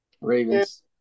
Ravens